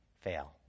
fail